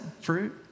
fruit